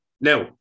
now